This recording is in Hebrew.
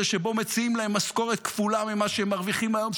שבו מציעים להם משכורת כפולה ממה שהם מרוויחים היום,